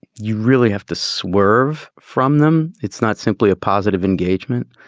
you really have to swerve from them. it's not simply a positive engagement.